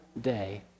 day